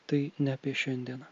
tai ne apie šiandieną